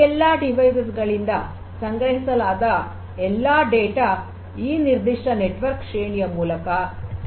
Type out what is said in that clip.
ಈ ಎಲ್ಲಾ ಡಿವೈಸೆಸ್ ಗಳಿಂದ ಸಂಗ್ರಹಿಸಲಾದ ಎಲ್ಲಾಡೇಟಾ ಈ ನಿರ್ದಿಷ್ಟ ನೆಟ್ ವರ್ಕ್ ಶ್ರೇಣಿಯ ಮೂಲಕ ಹೋಗುತ್ತದೆ